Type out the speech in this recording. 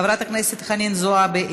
חברת הכנסת חנין זועבי,